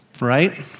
right